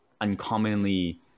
uncommonly